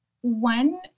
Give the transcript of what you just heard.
one